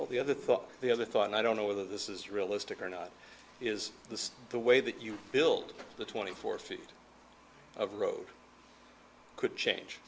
well the other thought the other thought and i don't know whether this is realistic or not is this the way that you built the twenty four feet of road could change